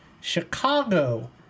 Chicago